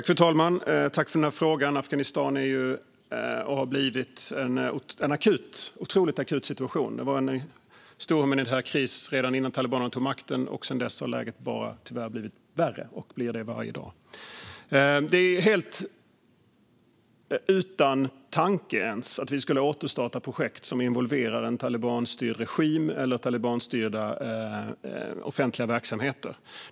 Fru talman! Jag tackar för frågan. Afghanistan är och har blivit en otroligt akut situation. Det var en stor humanitär kris redan innan talibanerna tog makten, och sedan dess har läget tyvärr bara blivit värre och blir värre varje dag. Det finns inte ens en tanke på att vi skulle återstarta projekt som involverar en talibanstyrd regim eller talibanstyrda offentliga verksamheter.